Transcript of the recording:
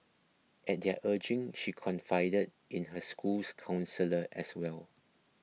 at their urging she confided in her school's counsellor as well